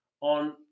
on